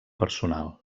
personal